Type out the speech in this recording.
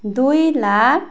दुई लाख